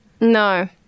No